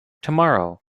tomorrow